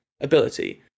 ability